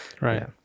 Right